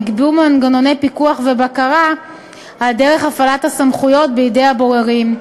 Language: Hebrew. נקבעו מנגנוני פיקוח ובקרה על דרך הפעלת הסמכויות בידי הבוררים,